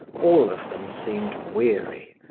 all of them seemed weary,